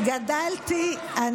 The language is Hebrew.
אני מצטער, המפונים הם הנושא.